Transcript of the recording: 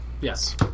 Yes